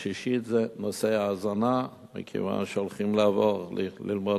השישי, זה נושא ההזנה, מכיוון שהולכים לעבור ללמוד